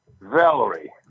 Valerie